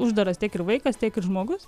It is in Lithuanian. uždaras tiek ir vaikas tiek ir žmogus